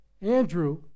Andrew